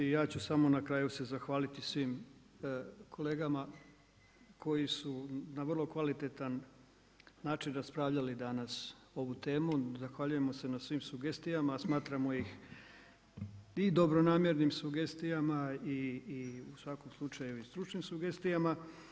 Ja ću samo na kraju se zahvaliti svim kolegama koji su na vrlo kvalitetan način raspravljali danas ovu temu, zahvaljujemo se na svim sugestijama, smatramo ih i dobronamjernim sugestijama i u svakom slučaju i stručnim sugestijama.